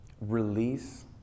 Release